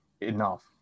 enough